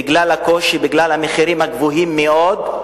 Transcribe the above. בגלל הקושי, בגלל המחירים הגבוהים מאוד,